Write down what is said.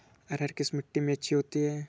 अरहर किस मिट्टी में अच्छी होती है?